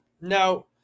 Now